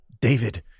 David